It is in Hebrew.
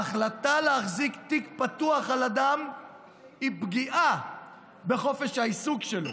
ההחלטה להחזיק תיק פתוח על אדם היא פגיעה בחופש העיסוק שלו,